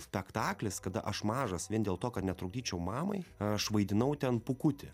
spektaklis kada aš mažas vien dėl to kad netrukdyčiau mamai aš vaidinau ten pūkutį